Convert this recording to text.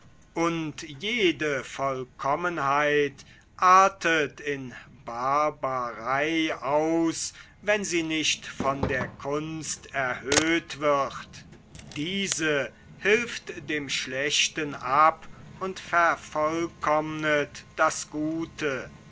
und jede vollkommenheit artet in barbarei aus wenn sie nicht von der kunst erhöht wird diese hilft dem schlechten ab und vervollkommnet das gute